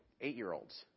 eight-year-olds